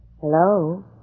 Hello